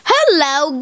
Hello